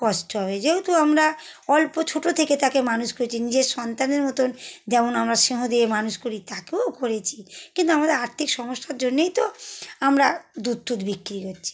কষ্ট হবে যেহেতু আমরা অল্প ছোটো থেকে তাকে মানুষ করেছি নিজের সন্তানের মতন যেমন আমরা স্নেহ দিয়ে মানুষ করি তাকেও করেছি কিন্তু আমাদের আর্থিক সমস্যার জন্যেই তো আমরা দুধ টুদ বিক্রি করছি